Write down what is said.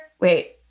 Wait